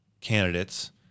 candidates